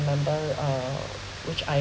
remember uh which I